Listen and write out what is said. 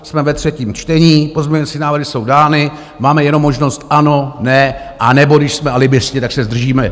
Jsme ve třetím čtení, pozměňovací návrhy jsou dány, máme jenom možnost ano, ne, anebo když jsme alibisti, tak se zdržíme.